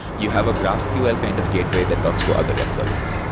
you have a graphql kind of gateway that talks to other rest services.